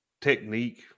technique